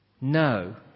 No